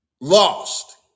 Lost